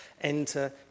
Enter